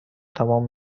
تمام